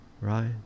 right